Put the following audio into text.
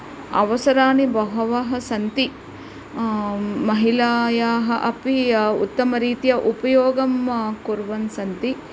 अवसरानि बहवः सन्ति महिलायाः अपि उत्तमरीत्या उपयोगं कुर्वन् सन्ति